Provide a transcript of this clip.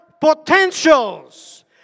potentials